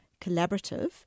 collaborative